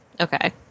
Okay